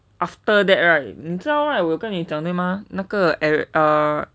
after that right 你知道 right 我有跟你讲对吗那个 eh ah